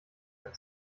ein